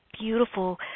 beautiful